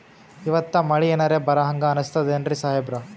ಇವತ್ತ ಮಳಿ ಎನರೆ ಬರಹಂಗ ಅನಿಸ್ತದೆನ್ರಿ ಸಾಹೇಬರ?